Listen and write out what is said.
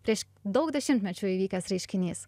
prieš daug dešimtmečių įvykęs reiškinys